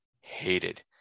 hated